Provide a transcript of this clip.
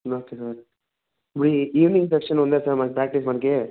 okay sir ఇప్పుడు evening section ఉందా sir మన ప్రాక్టీస్ మనకి